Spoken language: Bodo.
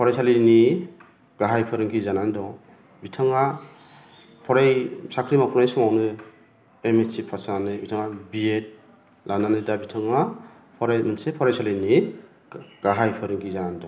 फरायसालिनि गाहाय फोरोंगिरि जानानै दङ बिथाङा फराय साख्रि मावफुनाय समावनो एमएसि पास जानानै बिथाङा बिएड लानानै दा बिथाङा मोनसे फरायसालिनि गाहाय फोरोंगिरि जानानै दं